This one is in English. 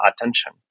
attention